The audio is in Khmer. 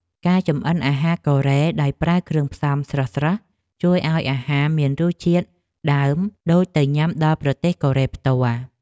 ការចម្អិនអាហារកូរ៉េដោយប្រើគ្រឿងផ្សំស្រស់ៗជួយឱ្យអាហារមានរសជាតិដើមដូចទៅញ៉ាំដល់ប្រទេសកូរ៉េផ្ទាល់។